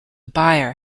buyer